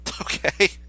Okay